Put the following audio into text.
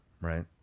right